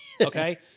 Okay